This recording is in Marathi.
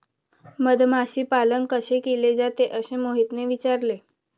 मधमाशी पालन कसे केले जाते? असे मोहितने विचारले